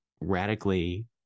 radically